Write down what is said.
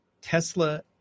Tesla